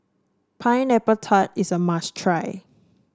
Pineapple Tart is a must try